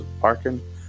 parking